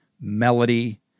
melody